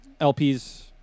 LPs